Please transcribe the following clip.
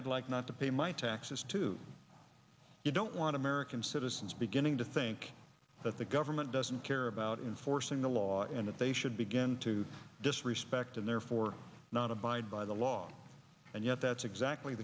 i'd like not to pay my taxes too you don't want american citizens beginning to think that the government doesn't care about enforcing the law and that they should begin to disrespect and therefore not abide by the law and yet that's exactly